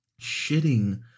shitting